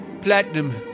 Platinum